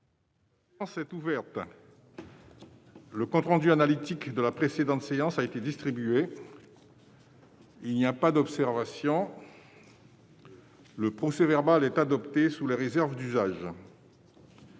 La séance est ouverte. Le compte rendu analytique de la précédente séance a été distribué. Il n'y a pas d'observation ?... Le procès-verbal est adopté sous les réserves d'usage.